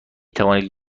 توانید